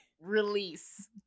release